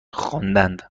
خواندند